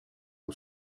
aux